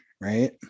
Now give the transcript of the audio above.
Right